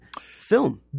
film